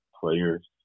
players